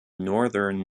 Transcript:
northern